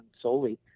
solely